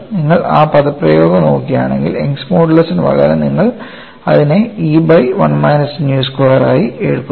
നിങ്ങൾ ആ പദപ്രയോഗം നോക്കുകയാണെങ്കിൽ യങ്ങ്സ് മോഡുലസിനുപകരം നിങ്ങൾ അതിനെ E by 1 minus nu square ആയി എടുക്കുന്നു